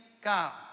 God